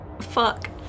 fuck